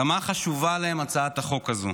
כמה חשובה להם הצעת החוק הזאת,